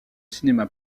cinéma